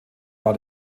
war